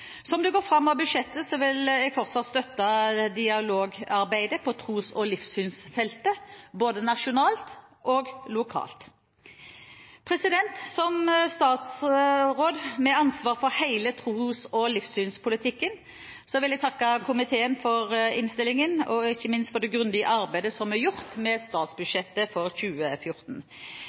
Som det går fram av budsjettet, vil jeg fortsatt støtte dialogarbeidet på tros- og livssynsfeltet både nasjonalt og lokalt. Som statsråd med ansvar for hele tros- og livssynspolitikken, vil jeg takke komiteen for innstillingen og ikke minst for det grundige arbeidet som er gjort med statsbudsjettet for 2014.